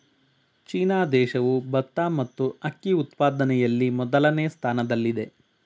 China ದೇಶವು ಭತ್ತ ಮತ್ತು ಅಕ್ಕಿ ಉತ್ಪಾದನೆಯಲ್ಲಿ ಮೊದಲನೇ ಸ್ಥಾನದಲ್ಲಿದೆ